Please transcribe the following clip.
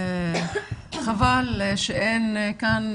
חבל שאין כאן,